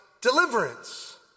deliverance